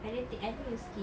I don't think I think you skip